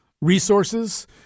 resources